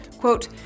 quote